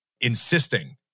insisting